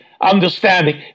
understanding